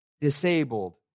disabled